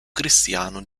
cristiano